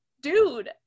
dude